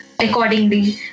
accordingly